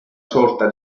sorta